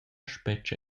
spetga